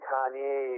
Kanye